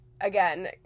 again